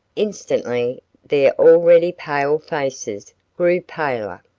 instantly their already pale faces grew paler.